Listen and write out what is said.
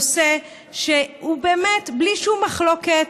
שלא נתנו כתף לנושא שהוא באמת בלי שום מחלוקת,